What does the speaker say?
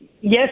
yes